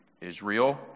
israel